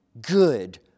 good